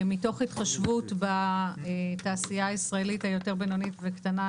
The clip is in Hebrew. מתוך התחשבות בתעשייה הישראלית היותר בינונית וקטנה,